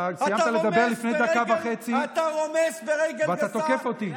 אתה סיימת לדבר לפני דקה וחצי, ואתה תוקף אותי.